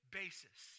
basis